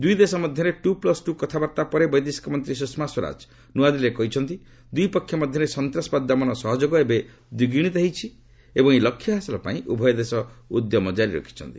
ଦୁଇ ଦେଶ ମଧ୍ୟରେ ଟୁ ପ୍ଲସ୍ ଟୁ କଥାବାର୍ତ୍ତା ପରେ ବୈଦେଶିକ ମନ୍ତ୍ରୀ ସୁଷମା ସ୍ୱରାଜ ନୂଆଦିଲ୍ଲୀରେ କହିଛନ୍ତି ଦୁଇପକ୍ଷ ମଧ୍ୟରେ ସନ୍ତାସବାଦ ଦମନ ସହଯୋଗ ଏବେ ଦ୍ୱିଗୁଣିତ ହୋଇଛି ଏବଂ ଏହି ଲକ୍ଷ୍ୟ ହାସଲ ପାଇଁ ଉଭୟ ଦେଶ ଉଦ୍ୟମ ଜାରି ରଖିଛନ୍ତି